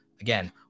again